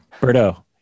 Berto